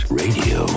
radio